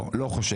לא, לא חושב.